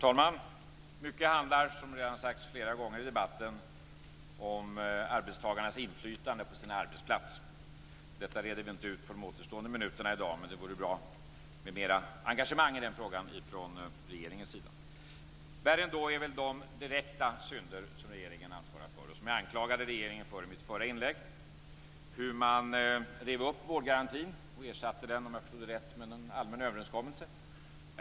Fru talman! Som redan har sagts flera gånger i debatten handlar mycket om arbetstagarnas inflytande på sin arbetsplats. Detta reder vi inte ut på de återstående minuterna i dag, men det vore bra med mera engagemang i den frågan från regeringens sida. Värre ändå är väl de direkta synder som regeringen ansvarar för och som jag anklagade regeringen för i mitt förra inlägg. Man rev upp vårdgarantin och ersatte den med någon allmän överenskommelse, om jag förstod det rätt.